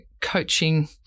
coaching